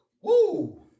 Woo